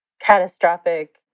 catastrophic